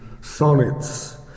sonnets